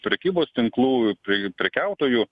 prekybos tinklų pri prekiautojų